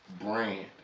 brand